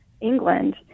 England